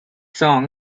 song